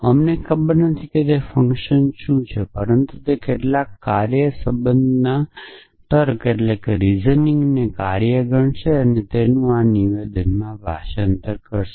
આપણને ખબર નથી કે તે ફંક્શન શું છે પરંતુ તર્ક ના સંબંધ માં તેન ફંકશન તરીકે ગણાશે અને તે આ નિવેદનમાં ભાષાંતર કરશે